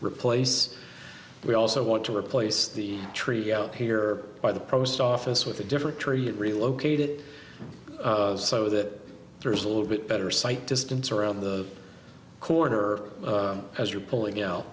replace we also want to replace the tree out here by the post office with a different tree relocated so that there's a little bit better site distance around the corner as you're pulling out